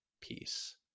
peace